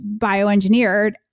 bioengineered